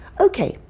ok,